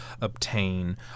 obtain